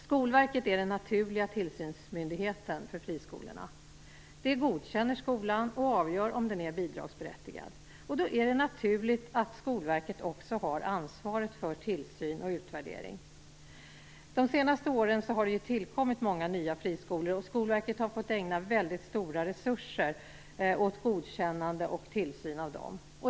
Skolverket är den naturliga tillsynsmyndigheten för friskolorna. Det godkänner skolan och avgör om den är bidragsberättigad. Då är det naturligt att Skolverket också har ansvaret för tillsyn och utvärdering. De senaste åren har det tillkommit många nya friskolor, och Skolverket har fått ägna mycket stora resurser åt godkännande och tillsyn av dem.